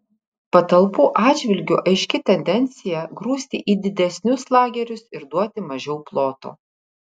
patalpų atžvilgiu aiški tendencija grūsti į didesnius lagerius ir duoti mažiau ploto